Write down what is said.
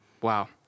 Wow